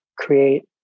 create